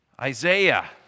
Isaiah